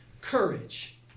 courage